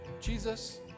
Jesus